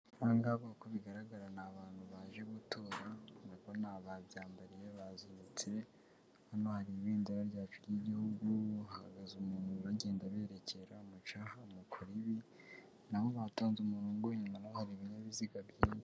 Aha ngaha uko bigaragara n'abantu baje gutora muri kubona babyambariye bazindutse, hano hari ibendera ryacu ry'Igihugu hahagaze umuntu uragenda aberekera mucaha mukore ibi, nabo batonze umurongo inyuma naho hari ibinyabiziga byi...